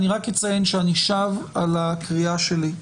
אני רק אציין שאני שב על הקריאה שלי,